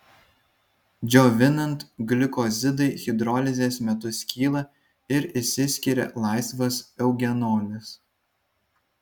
džiovinant glikozidai hidrolizės metu skyla ir išsiskiria laisvas eugenolis